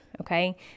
Okay